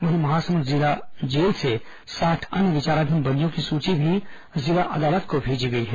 वहीं महासमुंद जिला जेल से साठ अन्य विचाराधीन बंदियों की सूची भी जिला न्यायालय को भेजी गई है